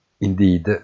Indeed